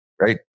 right